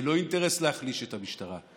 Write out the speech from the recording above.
זה לא אינטרס, להחליש את המשטרה.